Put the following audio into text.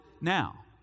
now